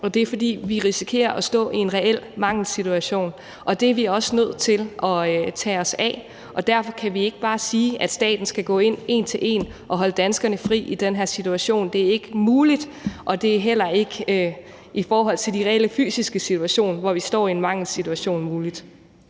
og det er, at vi risikerer at stå i en reel mangelsituation, og det er vi også nødt til at tage os af. Derfor kan vi ikke bare sige, at staten skal gå ind en til en og holde danskerne fri i den her situation. Det er ikke muligt, og det er heller ikke i forhold til den reelle fysiske situation, hvor vi står i en mangelsituation, muligt.